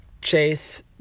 Chase